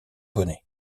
bonnet